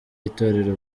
itorero